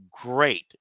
great